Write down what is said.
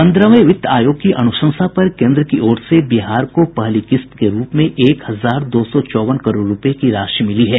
पन्द्रहवें वित्त आयोग की अनुशंसा पर केन्द्र की ओर से बिहार को पहली किस्त के रूप में एक हजार दो सौ चौवन करोड़ रूपये की राशि मिली है